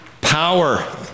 power